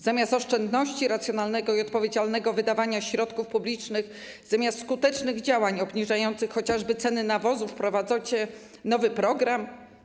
Zamiast oszczędności, racjonalnego i odpowiedzialnego wydawania środków publicznych, skutecznych działań obniżających chociażby ceny nawozów wprowadzacie nowy program?